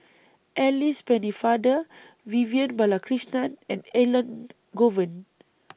Alice Pennefather Vivian Balakrishnan and Elangovan